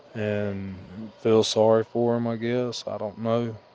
and feels sorry for him, i guess. i don't know.